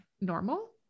normal